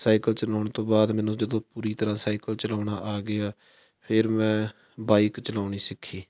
cycle ਚਲਾਉਣ ਤੋਂ ਬਾਅਦ ਮੈਨੂੰ ਜਦੋਂ ਪੂਰੀ ਤਰ੍ਹਾਂ ਸਾਈਕਲ ਚਲਾਉਣਾ ਆ ਗਿਆ ਫਿਰ ਮੈਂ ਬਾਈਕ ਚਲਾਉਣੀ ਸਿੱਖੀ